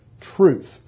Truth